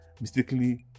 mistakenly